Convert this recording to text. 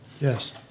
Yes